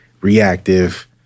reactive